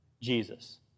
Jesus